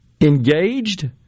engaged